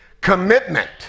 commitment